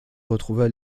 retrouva